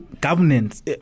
governance